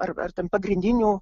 ar ar ten pagrindinių